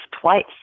twice